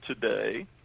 today